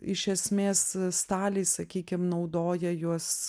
iš esmės staliai sakykim naudoja juos